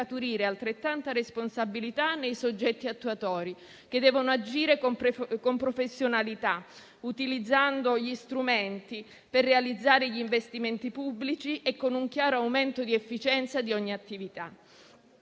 altrettanta responsabilità nei soggetti attuatori, che devono agire con professionalità, utilizzando gli strumenti per realizzare gli investimenti pubblici e con un chiaro aumento di efficienza di ogni attività.